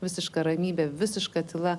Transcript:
visiška ramybė visiška tyla